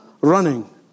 running